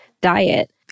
diet